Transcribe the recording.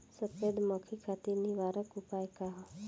सफेद मक्खी खातिर निवारक उपाय का ह?